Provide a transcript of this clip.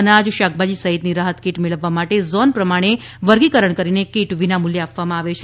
અનાજ શાકભાજી સહિતની રાહતકીટ મેળવવા માટે ઝોન પ્રમાણે વર્ગીકરણ કરીને કીટ વિનામુલ્ચે આપવામાં આવે છે